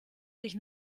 sich